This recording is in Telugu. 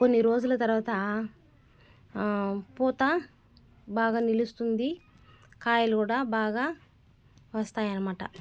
కొన్ని రోజుల తర్వాత పూత బాగా నిలుస్తుంది కాయలు కూడా బాగా కాస్తాయి అనమాట